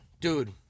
Dude